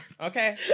okay